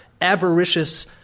avaricious